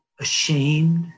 ashamed